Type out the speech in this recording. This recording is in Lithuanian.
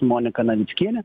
monika navickiene